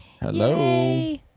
Hello